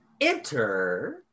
enter